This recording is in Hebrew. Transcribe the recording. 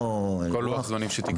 כל לוח זמנים שתקבע.